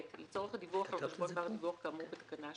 לצורך דיווח על חשבון בר דיווח כאמור בתקנה 6,